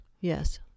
Yes